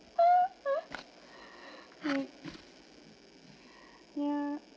yeah